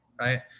right